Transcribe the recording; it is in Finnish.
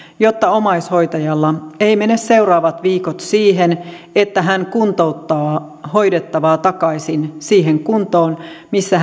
jotta omaishoitajalla eivät mene seuraavat viikot siihen että hän kuntouttaa hoidettavaa takaisin siihen kuntoon missä